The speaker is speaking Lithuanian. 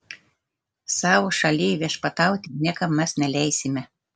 savo šalyj viešpatauti niekam mes neleisime